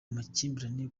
amakimbirane